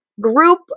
group